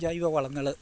ജൈവ വളങ്ങൾ